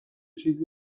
چیزی